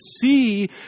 see